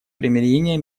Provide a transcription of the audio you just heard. примирение